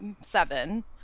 seven